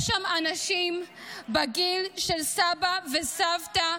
יש שם אנשים בגיל של סבא וסבתא,